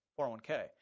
401k